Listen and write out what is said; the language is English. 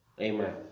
Amen